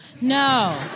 No